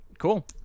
cool